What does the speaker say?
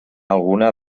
alguna